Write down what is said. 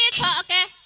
kaaka